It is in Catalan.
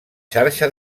xarxa